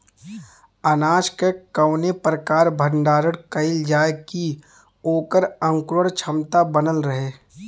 अनाज क कवने प्रकार भण्डारण कइल जाय कि वोकर अंकुरण क्षमता बनल रहे?